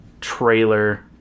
trailer